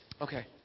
Okay